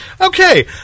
Okay